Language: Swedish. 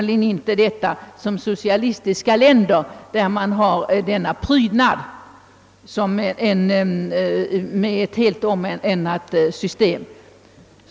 De länder där man Kar sådana prydnader räknar vi nämligen inte som helt socialistiska länder.